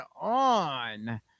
on